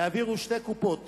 יעבירו שתי קופות